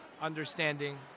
understanding